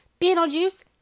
Beetlejuice